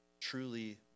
truly